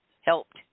helped